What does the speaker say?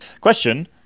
Question